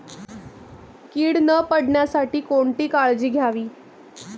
कीड न पडण्यासाठी कोणती काळजी घ्यावी?